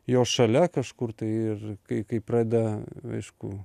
jos šalia kažkur tai ir kai kai pradeda aišku